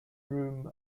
room